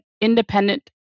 independent